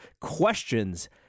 questions